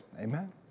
Amen